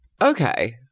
Okay